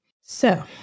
So-